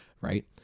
right